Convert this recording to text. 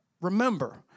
Remember